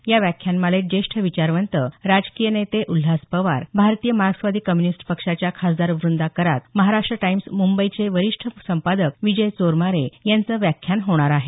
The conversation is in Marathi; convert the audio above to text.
या व्याख्यानमालेत ज्येष्ठ विचारवंत राजकीय नेते उल्हास पवार भारतीय मार्क्सवादी कम्युनिस्ट पक्षाच्या खासदार वृंदा करात महाराष्ट्र टाईम्स मुंबईचे वरिष्ठ संपादक विजय चोरमारे यांचं व्याख्यान होणार आहे